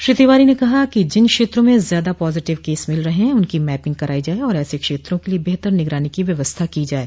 श्री तिवारी ने कहा कि जिन क्षेत्रों में ज्यादा पॉजटिव केस मिल रहे हैं उनकी मैपिंग कराई जाये और ऐसे क्षेत्रों के लिए बेहतर निगरानी की व्यवस्था की जाये